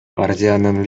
партиянын